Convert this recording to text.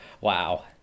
wow